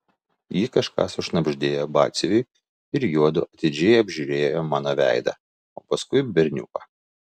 ji kažką sušnabždėjo batsiuviui ir juodu atidžiai apžiūrėjo mano veidą o paskui berniuko